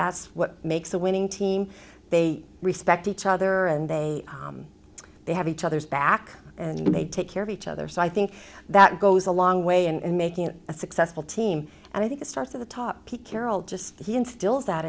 that's what makes a winning team they respect each other and then they have each other's back and they take care of each other so i think that goes a long way and making it a successful team and i think it starts at the top pete carroll just instills that